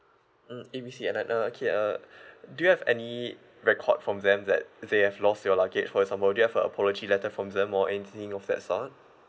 mm A B C airline uh okay uh do you have any record from them that they have lost your luggage for example do you have a apology letter from them or anything of that sort